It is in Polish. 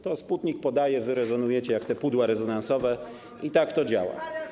To Sputnik podaje, a wy rezonujecie jak te pudła rezonansowe, i tak to działa.